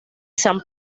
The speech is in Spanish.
san